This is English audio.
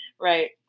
Right